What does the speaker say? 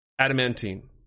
Adamantine